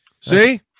See